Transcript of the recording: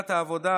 ועדת העבודה,